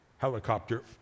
Helicopter